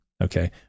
okay